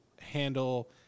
handle